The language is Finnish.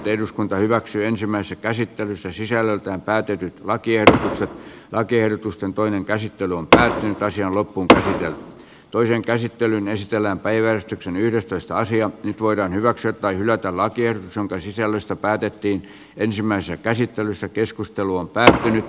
eduskunta hyväksyi ensimmäisen käsittelyssä sisällöltään päätyikin lakien lakiehdotusten toinen käsittely on päättynyt raision kaupunki toisen käsittelyn esitellään päiväystyksen yhteistä nyt voidaan hyväksyä tai hylätä lakiehdotus jonka sisällöstä päätettiin ensimmäisessä käsittelyssä keskustelu on pärjätty